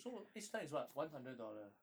so each time is what one hundred dollar